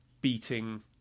beating